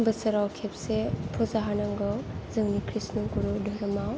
बोसोराव खेबसे फुजा होनांगौ जोंनि कृष्ण गुरु धोरोमाव